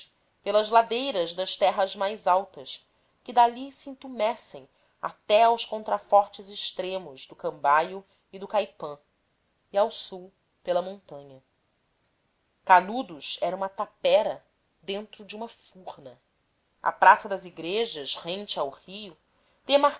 pelas ladeiras das terras mais altas que dali